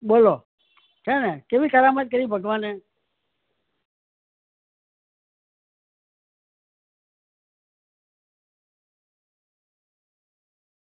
બોલો છે ને કેવી કરામત કરી ભગવાને